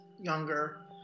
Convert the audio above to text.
younger